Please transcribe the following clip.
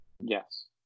Yes